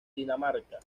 dinamarca